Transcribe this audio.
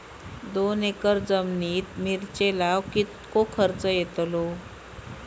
दोन एकर जमिनीत मिरचे लाऊक कितको खर्च यातलो?